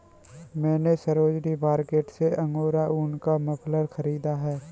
मैने सरोजिनी मार्केट से अंगोरा ऊन का मफलर खरीदा है